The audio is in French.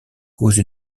cause